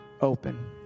open